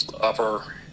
upper